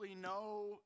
no